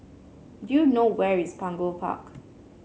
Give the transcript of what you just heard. do you know where is Punggol Park